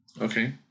Okay